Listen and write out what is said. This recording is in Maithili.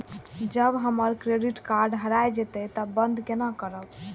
जब हमर क्रेडिट कार्ड हरा जयते तब बंद केना करब?